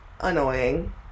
annoying